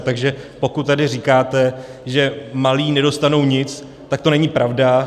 Takže pokud tady říkáte, že malí nedostanou nic, tak to není pravda.